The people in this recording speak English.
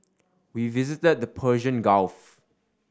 we visited the Persian Gulf